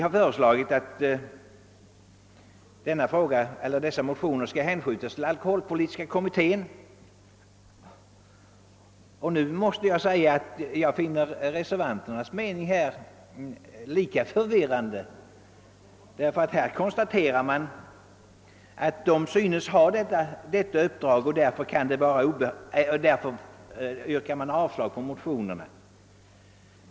Utskottsmajoriteten har föreslagit att dessa motioner skall hänskjutas till alkoholpolitiska utredningen. Jag måste säga att jag i detta avseende finner reservanternas ståndpunktstagande förvirrande. De konstaterar att utredningen redan synes ha detta uppdrag, och därför yrkar de avslag på motionerna.